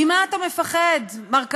ממה אתה מפחד, מר כחלון?